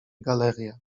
galeria